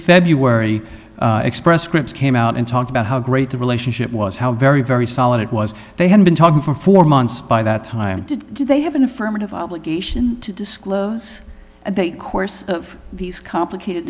february express scripts came out and talked about how great the relationship was how very very solid it was they had been talking for four months by that time did they have an affirmative obligation to disclose at the course of these complicated